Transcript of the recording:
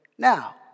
Now